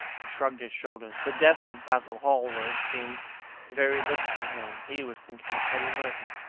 he shrugged his shoulders. the death of basil hallward seemed very little to him. he was thinking of hetty merton.